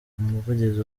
umuvugizi